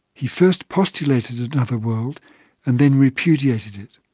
he first postulated another world and then repudiated it!